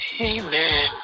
Amen